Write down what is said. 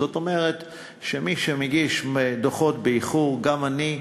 זאת אומרת שמי שמגיש דוחות באיחור, גם אני,